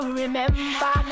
remember